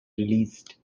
released